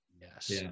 yes